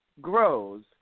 grows